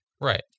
Right